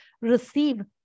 receive